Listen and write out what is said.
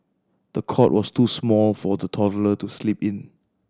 the cot was too small for the toddler to sleep in